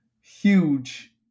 huge